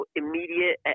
immediate